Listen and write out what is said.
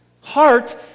heart